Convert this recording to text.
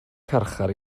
carchar